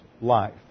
life